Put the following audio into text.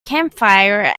campfire